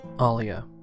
Alia